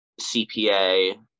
CPA